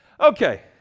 Okay